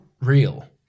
real